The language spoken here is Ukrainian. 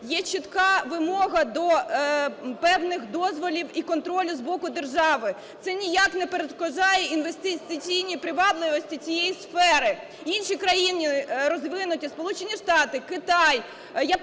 є чітка вимога до певних дозволів і контролю з боку держави, це ніяк не перешкоджає інвестиційній привабливості цієї сфери. Інші країни розвинуті: Сполучені Штати, Китай, Японія